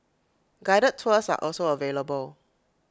guided tours are also available